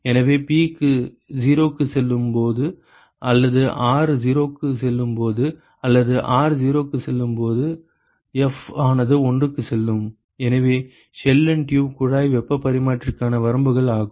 எனவே P 0 க்கு செல்லும் போது அல்லது R 0 க்கு செல்லும் போது அல்லது R 0 க்கு செல்லும் போது F ஆனது 1 க்கு செல்லும் எனவே ஷெல் அண்ட் டியூப் குழாய் வெப்பப் பரிமாற்றிக்கான வரம்புகள் ஆகும்